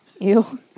Ew